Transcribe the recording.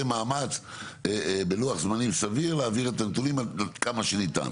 מאמץ בלוח זמנים סביר להעביר את הנתונים כמה שניתן.